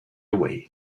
away